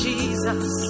Jesus